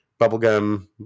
bubblegum